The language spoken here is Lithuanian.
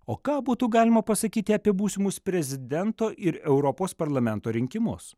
o ką būtų galima pasakyti apie būsimus prezidento ir europos parlamento rinkimus